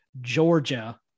Georgia